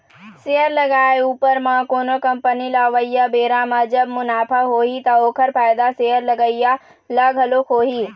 share लगाए उपर म कोनो कंपनी ल अवइया बेरा म जब मुनाफा होही ता ओखर फायदा शेयर लगइया ल घलोक होही